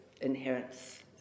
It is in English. inherent